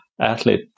athlete